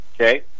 Okay